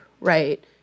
right